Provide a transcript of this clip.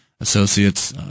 associates